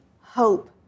hope